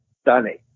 stunning